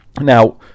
now